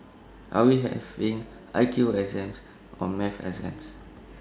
are we having I Q exams or maths exams